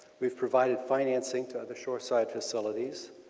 we've provideed financing to other shore side facilities,